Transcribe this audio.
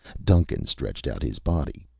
duncan stretched out his body,